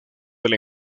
del